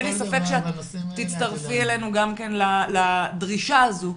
אין לי ספק שאת תצטרפי אלינו גם כן לדרישה הזו,